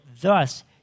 thus